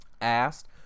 asked